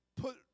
put